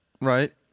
right